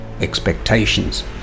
expectations